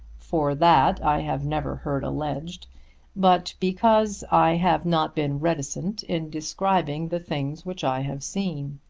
for that i have never heard alleged but because i have not been reticent in describing the things which i have seen.